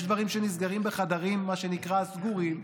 יש דברים שנסגרים בחדרים סגורים,